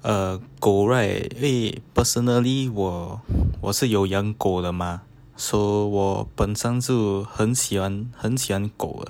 ah 狗 right 因为 personally 我我是有养狗的吗 so 我本身就很喜欢很喜欢狗的